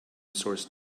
source